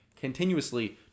continuously